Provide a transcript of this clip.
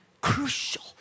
crucial